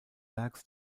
werks